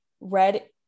red